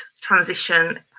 transition